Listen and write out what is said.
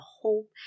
hope